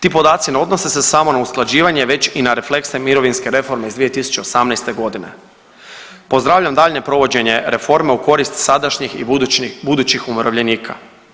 Ti podaci ne odnose sa samo na usklađivanje već i na refleksne mirovinske reforme iz 2018.g. Pozdravljam daljnje provođenje reforme u korist sadašnjih i budućih umirovljenika.